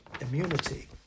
immunity